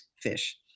fish